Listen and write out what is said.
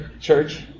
church